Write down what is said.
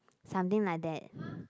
something like that